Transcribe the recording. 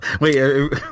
Wait